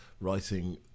writing